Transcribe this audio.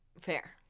Fair